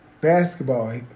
basketball